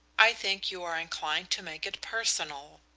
i think you are inclined to make it personal?